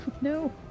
No